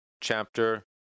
chapter